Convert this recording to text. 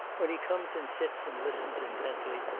when he comes and sits and listens intently,